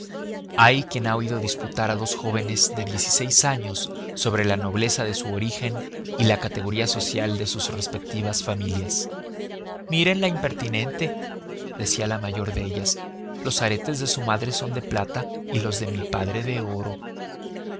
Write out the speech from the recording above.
hay quien ha oído disputar a dos jóvenes de diez y seis años sobre la nobleza de su origen y la categoría social de sus respectivas familias miren la impertinente decía la mayor de ellas los aretes de su madre son de plata y los de mi padre de oro